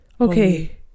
okay